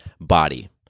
body